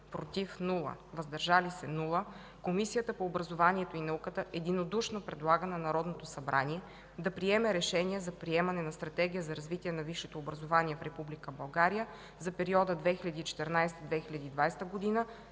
„против” – няма, „въздържали се” - няма, Комисията по образованието и науката единодушно предлага на Народното събрание да приеме решение за приемане на Стратегия за развитие на висшето образование в Република България за периода 2014 – 2020 г.,